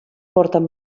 porten